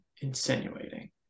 insinuating